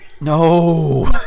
No